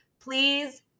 please